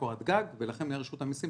ולכן מנהל רשות המסים,